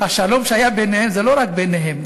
השלום שהיה ביניהם זה לא רק ביניהם,